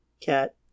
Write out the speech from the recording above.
Cat